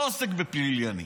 לא עוסק בפלילי אני,